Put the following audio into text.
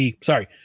sorry